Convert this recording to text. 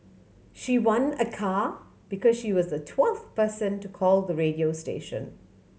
she won a car because she was the twelfth person to call the radio station